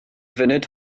funud